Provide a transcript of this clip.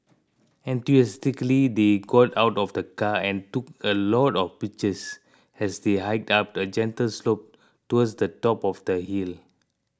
enthusiastically they got out of the car and took a lot of pictures as they hiked up a gentle slope towards the top of the hill